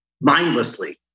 mindlessly